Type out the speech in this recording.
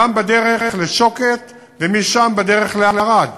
גם בדרך לשוקת, ומשם בדרך לערד.